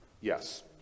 Yes